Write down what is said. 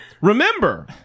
remember